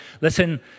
listen